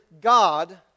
God